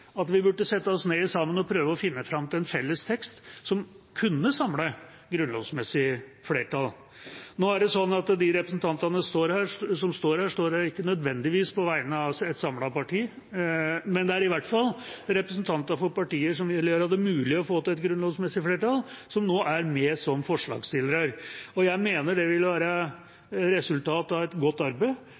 at vi burde sette oss ned sammen og prøve å finne fram til en felles tekst som kunne samle grunnlovsmessig flertall. Nå er det slik at de representantene som står her, ikke nødvendigvis står her på vegne av et samlet parti, men det er i hvert fall representanter for partier som vil gjøre det mulig å få til et grunnlovsmessig flertall, som nå er med som forslagsstillere. Jeg mener det vil være resultatet av et godt arbeid